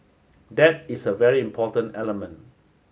that is a very important element